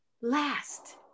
last